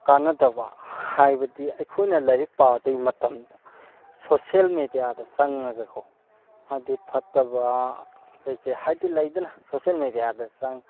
ꯀꯥꯟꯅꯕꯗ ꯍꯥꯏꯕꯗꯤ ꯑꯩꯈꯣꯏꯅ ꯂꯥꯏꯔꯤꯛ ꯄꯥꯗꯣꯏꯕ ꯃꯇꯝꯗ ꯁꯣꯁꯦꯜ ꯃꯦꯗꯤꯌꯥꯗ ꯆꯪꯉꯒ ꯀꯣ ꯍꯥꯏꯕꯗꯤ ꯐꯠꯇꯕ ꯀꯩ ꯀꯩ ꯍꯥꯏꯕꯗꯤ ꯂꯩꯗꯅ ꯁꯣꯁꯦꯜ ꯃꯦꯗꯤꯌꯥꯗ